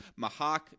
Mahak